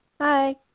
hi